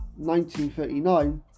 1939